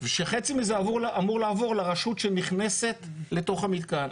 כשחצי מזה אמור לעבור לרשות שנכנסת לתוך המתקן.